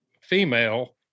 female